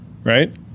Right